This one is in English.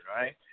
right